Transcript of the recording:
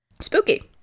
Spooky